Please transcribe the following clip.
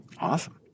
Awesome